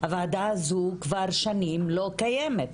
הוועדה הזו כבר שנים לא קיימת.